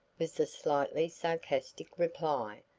was the slightly sarcastic reply.